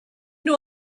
knew